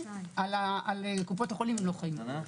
על קופות החולים לא חלים.